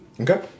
Okay